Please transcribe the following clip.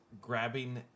grabbing